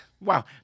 wow